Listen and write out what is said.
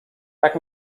tak